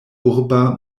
urba